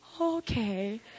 okay